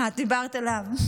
אה, את דיברת אליו.